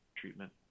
treatment